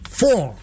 four